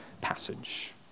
passage